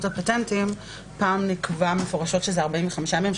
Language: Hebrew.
הפטנטים פעם נקבע מפורשות שזה 45 ימים,